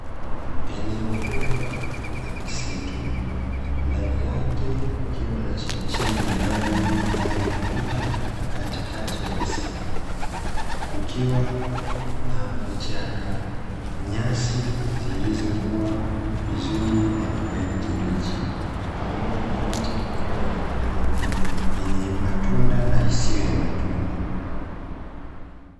Eneo kubwa la msitu, ndani yake kukiwa na chemchem ya maji inayopita katikati ya msitu kukiwa na vichaka, nyasi zilikuwa vizuri na kijani kibichi pamoja na miti mikubwa na midogo yenye matunda na isiyo ya matunda.